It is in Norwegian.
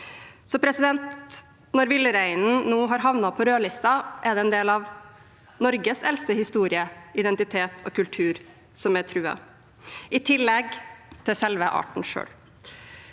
inn i landet.» Når villreinen nå har havnet på rødlista, er det en del av Norges eldste historie, identitet og kultur som er truet, i tillegg til arten selv.